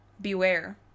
Beware